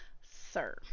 sir